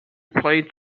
played